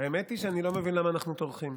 האמת היא שאני לא מבין למה אנחנו טורחים.